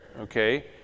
okay